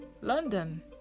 London